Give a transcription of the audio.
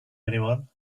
anyone